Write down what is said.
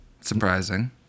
surprising